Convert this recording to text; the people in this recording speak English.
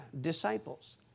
disciples